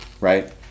Right